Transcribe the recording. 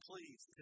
Please